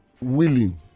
willing